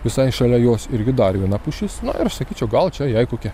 visai šalia jos irgi dar viena pušis na ir sakyčiau gal čia jai kokia